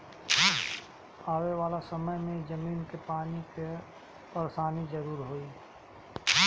आवे वाला समय में जमीनी के पानी कअ परेशानी जरूर होई